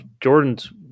Jordan's